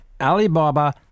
Alibaba